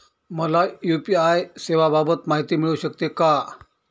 मला यू.पी.आय सेवांबाबत माहिती मिळू शकते का?